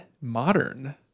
modern